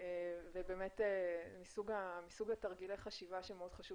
זה מסוג תרגילי החשיבה שמאוד חשוב